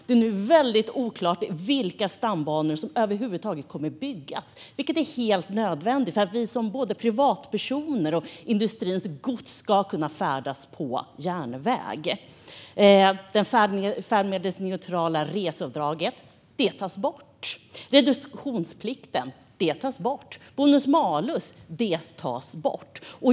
Det är nu oklart vilka stambanor som över huvud taget kommer att byggas, något som är helt nödvändigt för att både vi som privatpersoner och industrins gods ska kunna färdas på järnväg. Det färdmedelsneutrala reseavdraget tas bort. Reduktionsplikten tas bort. Bonus malus tas bort.